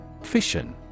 Fission